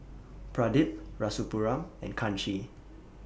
Pradip Rasipuram and Kanshi